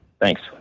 Thanks